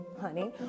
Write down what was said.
honey